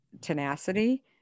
tenacity